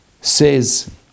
says